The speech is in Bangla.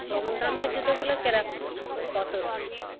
কম দামের জুতোগুলো কিরকম কতো কম